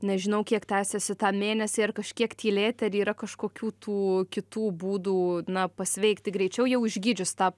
nežinau kiek tęsiasi tą mėnesį ar kažkiek tylėti ar yra kažkokių tų kitų būdų na pasveikti greičiau jau išgydžius tą